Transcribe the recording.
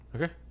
Okay